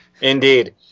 Indeed